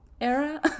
era